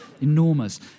enormous